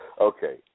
Okay